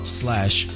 slash